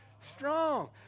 strong